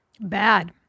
Bad